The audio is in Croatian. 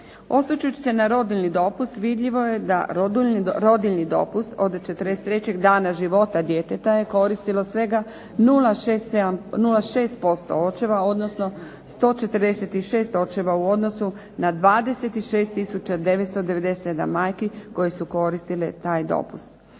Osvrćući se na rodiljni dopust vidljivo je da rodiljni dopust od 43. dana života djeteta je koristilo svega 0,6% očeva odnosno 146 očeva u odnosu na 26 tisuća 997 majki koje su koristile taj dopust.